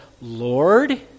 Lord